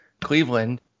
Cleveland